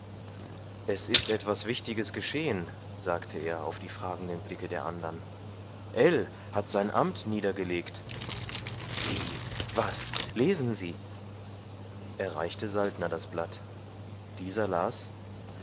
es ist etwas wichtiges geschehen sagte er auf die fragenden blicke der andern ell hat sein amt niedergelegt wie was lesen sie er reichte saltner das blatt dieser las